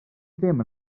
ddim